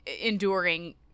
enduring